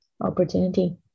opportunity